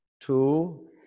two